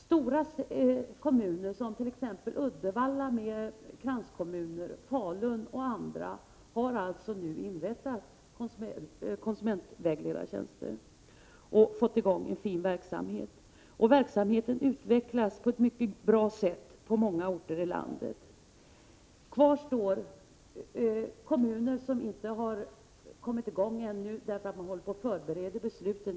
Stora kommuner, som t.ex. Uddevalla med kranskommuner, Falun och andra, har nu alltså inrättat konsumentvägledartjänster och fått i gång en fin verksamhet. Verksamheten utvecklas på ett mycket bra sätt på många orter i landet. Kvar står kommuner som ännu inte har kommit i gång, därför att man håller på och förbereder besluten.